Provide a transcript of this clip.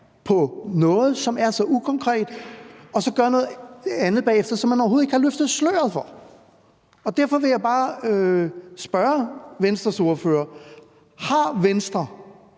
på noget, som er så ukonkret, og så bagefter gør noget andet, som man tidligere overhovedet ikke har løftet sløret for. Derfor vil jeg bare spørge Venstres ordfører: Har Venstre